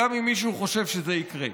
אם מישהו חושב שזה יקרה.